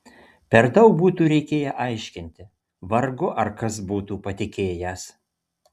per daug būtų reikėję aiškinti vargu ar kas būtų patikėjęs